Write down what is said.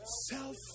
Self